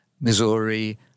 Missouri